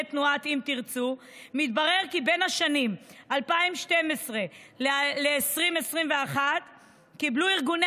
תנועת אם תרצו מתברר שבין השנים 2012 2021 קיבלו ארגוני